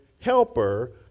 helper